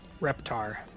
Reptar